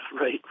right